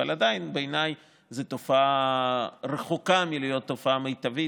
אבל עדיין בעיניי זו תופעה רחוקה מלהיות תופעה מיטבית.